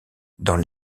dans